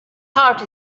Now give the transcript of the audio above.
tart